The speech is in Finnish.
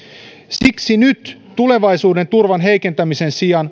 siksi nyt on tulevaisuuden turvan heikentämisen sijaan